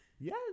Yes